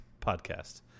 podcast